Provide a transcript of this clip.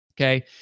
okay